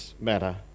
matter